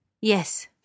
Yes